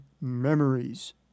memories